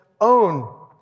own